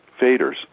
faders